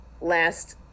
last